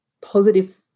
positive